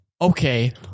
Okay